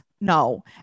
No